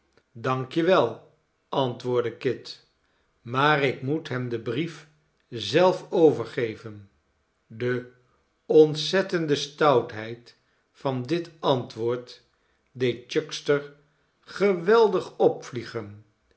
wel antwoordde kit maar ik moet hem den brief zelf overgeven de ontzettende stoutheid van dit antwoord deed chuckster geweldig opvliegen